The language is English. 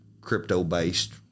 crypto-based